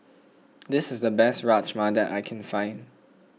this is the best Rajma that I can find